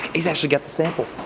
he's actually got the sample,